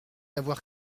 d’avoir